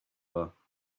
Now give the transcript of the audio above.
war